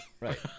Right